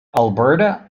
alberta